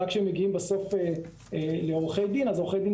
ועד שהם מגיעים בסוף לעורכי דין אז עורכי דין